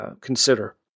consider